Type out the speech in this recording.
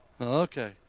Okay